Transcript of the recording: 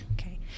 Okay